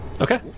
Okay